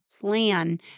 plan